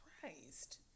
Christ